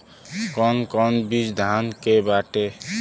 कौन कौन बिज धान के बाटे?